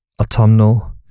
autumnal